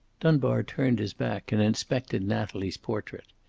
dunbar turned his back and inspected natalie's portrait.